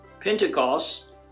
Pentecost